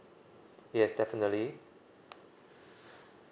yes definitely